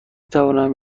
توانم